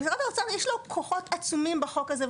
למשרד האוצר יש כוחות עצומים בחוק הזה,